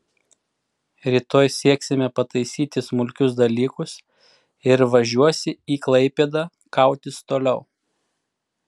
rytoj sieksime pataisyti smulkius dalykus ir važiuosi į klaipėdą kautis toliau